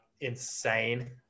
Insane